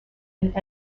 and